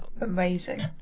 Amazing